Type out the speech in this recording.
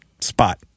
spot